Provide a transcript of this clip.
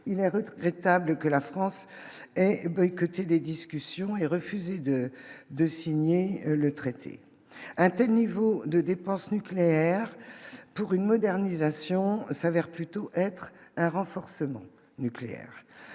il est retraité table que la France est boycotté des discussions et refusé de de signer le traité untel niveau de dépenses nucléaires pour une modernisation s'avère plutôt être un renforcement nucléaire